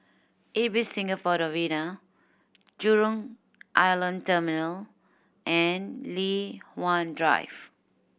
Ibis Singapore Novena Jurong Island Terminal and Li Hwan Drive